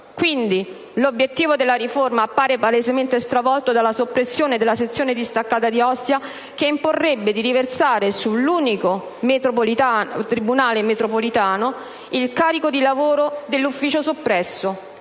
Quindi l'obiettivo della riforma appare palesemente stravolto dalla soppressione delle sezione distaccata di Ostia che imporrebbe di riversare sull'unico tribunale metropolitano il carico di lavoro dell'ufficio soppresso,